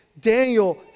Daniel